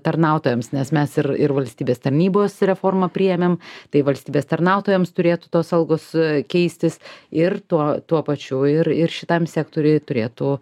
tarnautojams nes mes ir ir valstybės tarnybos reformą priėmėm tai valstybės tarnautojams turėtų tos algos keistis ir tuo tuo pačiu ir ir šitam sektoriuj turėtų